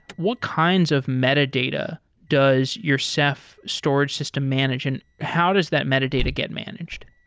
what kinds of metadata does your ceph storage system manage and how does that metadata get managed?